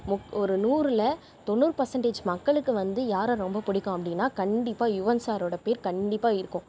ஒரு நூறில் தொண்ணூறு பெர்சண்டேஜ் மக்களுக்கு வந்து யாரை ரொம்ப பிடிக்கும் அப்படின்னா கண்டிப்பாக யுவன் சாரோட பேர் கண்டிப்பாக இருக்கும்